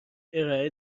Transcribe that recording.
ارائه